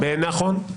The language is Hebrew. נכון.